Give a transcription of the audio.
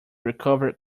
recovered